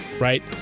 Right